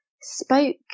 spoke